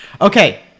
Okay